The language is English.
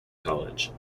college